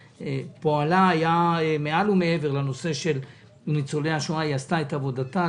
פועלה היה מעל ומעבר בנושא ניצולי השואה והיא עשתה את עבודתה.